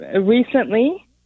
Recently